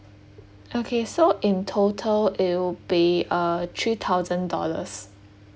okay so in total it'll be uh three thousand dollars